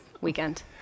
weekend